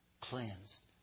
Cleansed